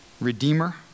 redeemer